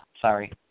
sorry